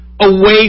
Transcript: away